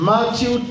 Matthew